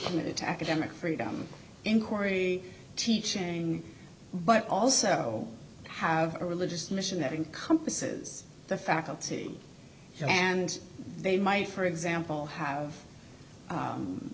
committed to academic freedom inquiry teaching but also have a religious mission that encompasses the faculty and they might for example have